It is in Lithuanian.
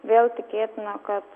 vėl tikėtina kad